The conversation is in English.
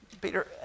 Peter